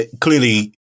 clearly